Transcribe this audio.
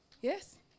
yes